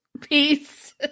Peace